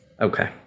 Okay